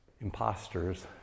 imposters